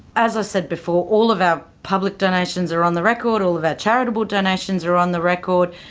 as i said before, all of our public donations are on the record, all of our charitable donations are on the record,